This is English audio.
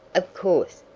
of course,